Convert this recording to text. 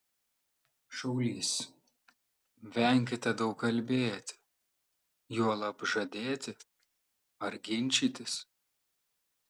šaulys venkite daug kalbėti juolab žadėti ar ginčytis